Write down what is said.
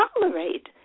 tolerate